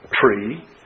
tree